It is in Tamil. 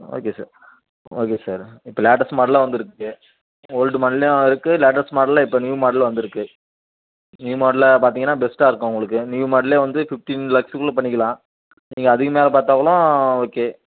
ஓகே சார் ஓகே சார் இப்போ லேட்டஸ்ட்டு மாடல்லாம் வந்திருக்கு ஓல்டு மாடல்லேயும் இருக்குது லேட்டஸ்ட் மாடலில் இப்போ நியூ மாடல் வந்திருக்கு நியூ மாடலில் பார்த்தீங்கன்னா பெஸ்ட்டாக இருக்கும் உங்களுக்கு நியூ மாடலே வந்து ஃபிஃப்ட்டின் லேக்ஸுக்குள்ளே பண்ணிக்கலாம் நீங்கள் அதுக்கு மேலே பார்த்தா கூட ஓகே